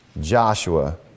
Joshua